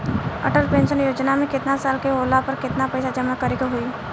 Atal pension Yojana मे केतना साल के होला पर केतना पईसा जमा करे के होई?